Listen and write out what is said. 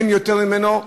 אין יותר ממנו,